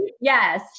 yes